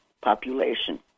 population